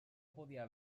podia